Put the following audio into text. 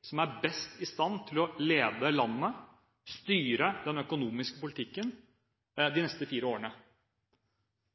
som er best i stand til å lede landet og styre den økonomiske politikken de neste fire årene.